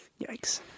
yikes